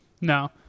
No